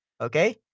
Okay